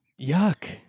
Yuck